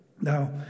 Now